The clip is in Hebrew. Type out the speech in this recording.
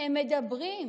הם מדברים,